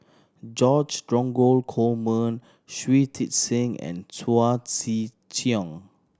George Dromgold Coleman Shui Tit Sing and Chao Tzee Cheng